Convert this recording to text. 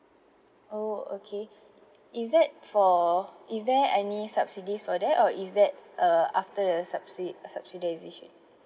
oh okay is that for is there any subsidies for that or is that uh after the subsi~ subsidisation